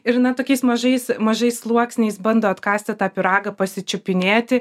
ir na tokiais mažais mažais sluoksniais bando atkąsti tą pyragą pasičiupinėti